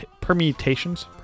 permutations